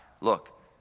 Look